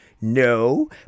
No